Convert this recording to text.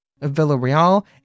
Villarreal